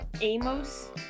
Amos